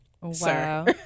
Wow